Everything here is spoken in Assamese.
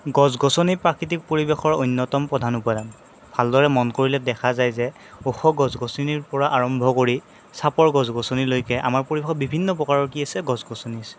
গছ গছনি প্ৰাকৃতিক পৰিৱেশৰ অন্যতম প্ৰধান উপাদান ভালদৰে মন কৰিলে দেখা যায় যে ওখ গছ গছনিৰ পৰা আৰম্ভ কৰি চাপৰ গছ গছনিলৈকে আমাৰ পৰিৱেশত বিভিন্ন প্ৰকাৰৰ কি আছে গছ গছনি আছে